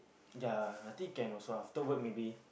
ya I think can also after work maybe